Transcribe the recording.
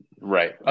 right